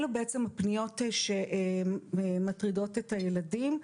אלו הפניות שמטרידות את הילדים.